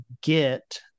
get